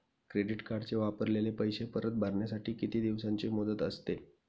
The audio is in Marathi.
क्रेडिट कार्डचे वापरलेले पैसे परत भरण्यासाठी किती दिवसांची मुदत असते?